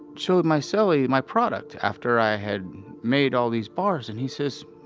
showed my so cellie my product after i had made all these bars. and he says,